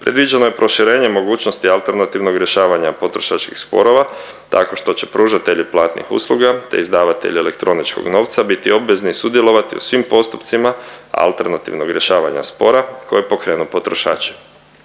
predviđeno je proširenje mogućnosti alternativnog rješavanja potrošačkih sporova tako što će pružatelji platnih usluga te izdavatelji elektroničkog novca biti obvezni sudjelovati u svim postupcima alternativnog rješavanja spora koje pokrenu potrošači.